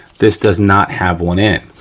this does not have one in.